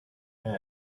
men